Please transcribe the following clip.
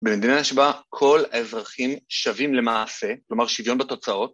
במדינה שבה כל האזרחים שווים למעשה, כלומר שוויון בתוצאות.